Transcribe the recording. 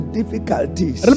difficulties